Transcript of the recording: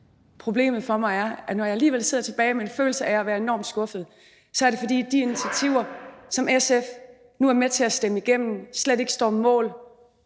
Problemet for mig er, at jeg alligevel sidder tilbage med en følelse af at være enormt skuffet, fordi de initiativer, som SF nu er med til at stemme igennem, slet ikke står mål